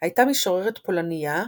הייתה משוררת פולנייה,